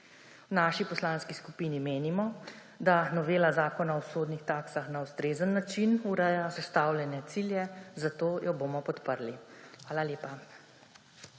naši poslanski skupini menimo, da novela Zakona o sodnih taksah na ustrezen način ureja zastavljene cilje, zato jo bomo podprli. Hvala lepa.